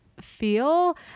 feel